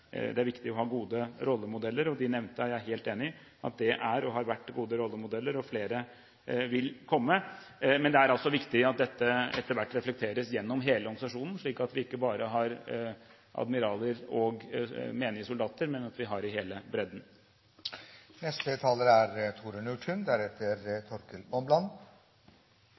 viktig å ha gode rollemodeller, og de nevnte er jeg helt enig i at er og har vært gode rollemodeller, og flere vil komme. Men det er altså viktig at dette etter hvert reflekteres gjennom hele organisasjonen, slik at vi ikke bare har admiraler og menige soldater, men at vi har i hele bredden.